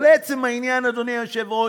ולעצם העניין, אדוני היושב-ראש,